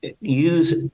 use